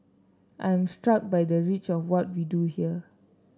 I am struck by the reach of what we do here